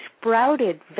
sprouted